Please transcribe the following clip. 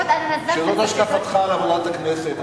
שזאת השקפתך על עבודת הכנסת,